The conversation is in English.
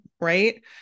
right